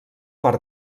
per